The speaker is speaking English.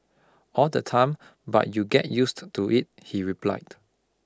all the time but you get used to it he replied